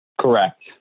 correct